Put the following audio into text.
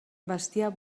bestiar